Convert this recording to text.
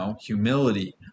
Humility